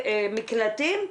מקלטים,